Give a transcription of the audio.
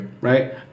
Right